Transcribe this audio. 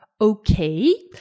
okay